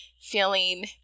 feeling